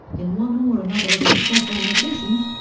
in one or another of its several revisions,